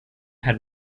had